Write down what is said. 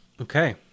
Okay